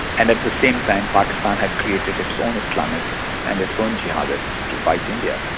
and at the same time, pakistan had created its own islamists and its own jihadists to fight india.